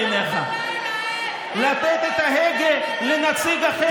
מכרת את המדינה בשביל עצמך.